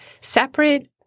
separate